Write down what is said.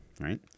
right